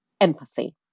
empathy